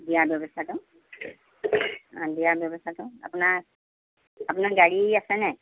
দিয়া ব্যৱস্থাটো অঁ দিয়া ব্যৱস্থাটো আপোনাৰ আপোনাৰ গাড়ী আছেনে